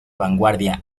vanguardia